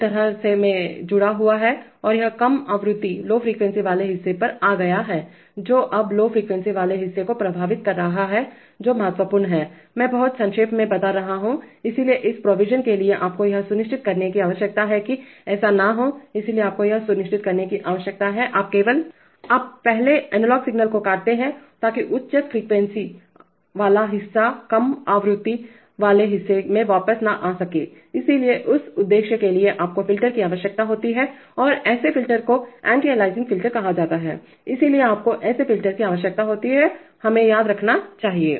एक तरह से मुड़ा हुआ है और यह कम आवृत्ति वाले हिस्से पर आ गया है जो अब लौ फ्रीक्वेंसी वाले हिस्से को प्रभावित कर रहा है जो महत्वपूर्ण है मैं बहुत संक्षेप में बता रहा हूं इसलिए इस प्रयोजन के लिए आपको यह सुनिश्चित करने की आवश्यकता है कि ऐसा न हो इसलिए आपको यह सुनिश्चित करने की आवश्यकता है कि आप केवल आप पहले एनालॉग सिग्नल को काटते हैं ताकि उच्च आवृत्तिहाई फ्रीक्वेंसीवाला हिस्सा कम आवृत्तिलौ फ्रीक्वेंसी वाले हिस्से में वापस न आ सके इसलिए उस उद्देश्य के लिए आपको फिल्टर की आवश्यकता होती है और ऐसे फिल्टर को एंटी अलियासिंग फिल्टर कहा जाता है इसलिए आपको ऐसे फिल्टर की आवश्यकता होती है हमें यह याद रखना चाहिए